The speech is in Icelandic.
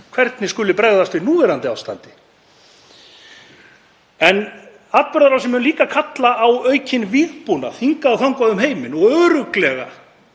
hvernig skuli bregðast við núverandi ástandi. Atburðarásin mun líka kalla á aukinn vígbúnað hingað og þangað um heiminn og örugglega